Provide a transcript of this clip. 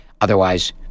otherwise